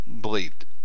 believed